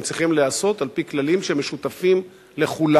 הם צריכים להיעשות על-פי כללים שמשותפים לכולם.